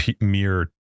mere